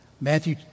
Matthew